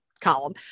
column